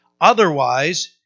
Otherwise